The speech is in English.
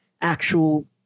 actual